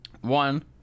one